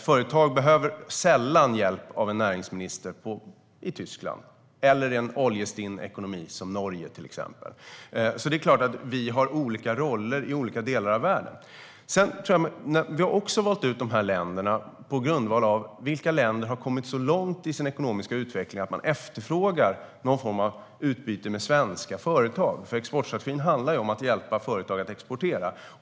Företag behöver sällan hjälp av en näringsminister i Tyskland eller i till exempel en oljestinn ekonomi som Norge. Det är klart att vi har olika roller i olika delar av världen. Vi har också valt ut länderna på grundval av: Vilka länder har kommit så långt i sin ekonomiska utveckling att de efterfrågar någon form av utbyte med svenska företag? Exportstrategin handlar om att hjälpa företag att exportera.